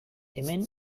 hemen